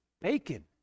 Bacon